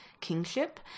kingship